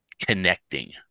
connecting